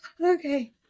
Okay